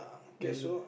that you